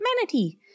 Manatee